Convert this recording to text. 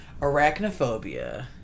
arachnophobia